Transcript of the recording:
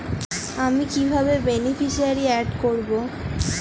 আমি কিভাবে beneficiary add করব?